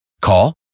Call